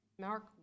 Mark